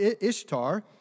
Ishtar